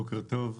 בוקר טוב.